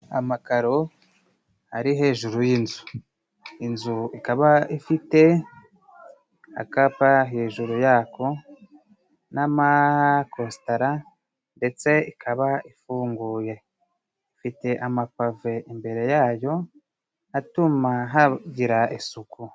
Amakaro ari hejuru y'inzu, inzu ikaba ifite akapa hejuru yako n'amakositara ndetse ikaba ifunguye, ifite amapave imbere yayo atuma hagira isuku.